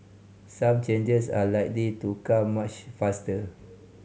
some changes are likely to come much faster